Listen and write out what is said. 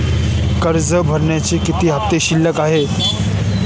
कर्ज भरण्याचे किती हफ्ते शिल्लक आहेत?